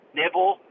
nibble